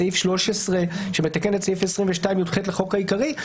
אנחנו בסעיף 13, שמתקן את סעיף 22יח לחוק העיקרי.